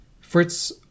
Fritz